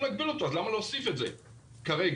למה להוסיף את זה כרגע?